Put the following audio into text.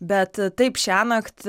bet taip šiąnakt